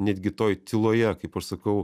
netgi toj tyloje kaip aš sakau